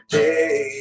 day